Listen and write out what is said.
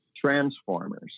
transformers